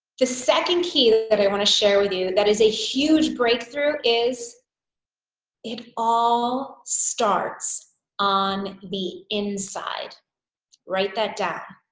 the second key that i want to share with you that is a huge breakthrough is it all starts on the inside write that down